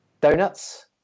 donuts